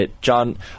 John